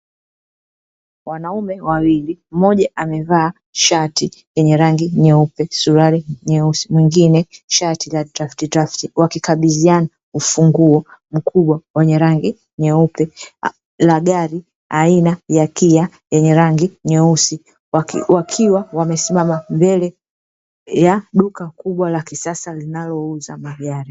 Wanaume wawili mmoja amevaa shati yenye rangi nyeupe, suruali nyeusi mwingine shati la drafti drafti wakikabidhiana ufunguo mkubwa wenye rangi nyeupe, la gari aina ya kia yenye rangi nyeusi wakiwa wamesimama mbele ya duka kubwa la kisasa linalouza magari.